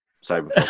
Sorry